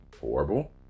horrible